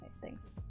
thanks